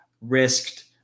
risked